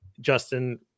Justin